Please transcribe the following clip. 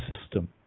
system